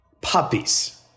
Puppies